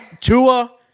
Tua